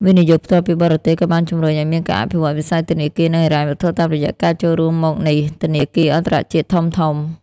វិនិយោគផ្ទាល់ពីបរទេស ក៏បានជំរុញឱ្យមានការអភិវឌ្ឍវិស័យធនាគារ និងហិរញ្ញវត្ថុ តាមរយៈការចូលមកនៃធនាគារអន្តរជាតិធំៗ។